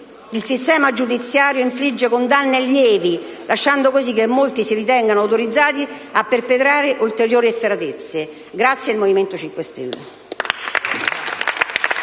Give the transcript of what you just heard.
il sistema giudiziario infligge condanne lievi, lasciando così che molti si ritengano autorizzati a perpetrare ulteriori efferatezze. *(Applausi dal